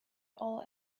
all